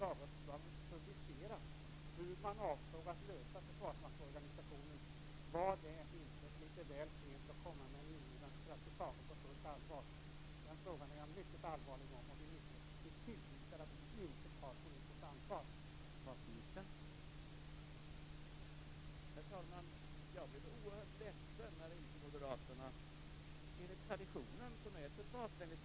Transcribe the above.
Vi beställer nya ytstridsfartyg i miljardklassen.